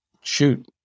Shoot